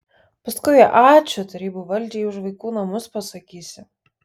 paskui ačiū tarybų valdžiai už vaikų namus pasakysi